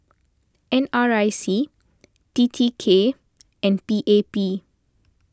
N R I C T T K and P A P